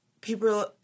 people